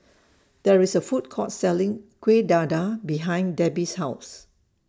There IS A Food Court Selling Kueh Dadar behind Debbi's House